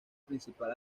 principal